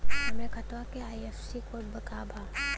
हमरे खतवा के आई.एफ.एस.सी कोड का बा?